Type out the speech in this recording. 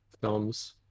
films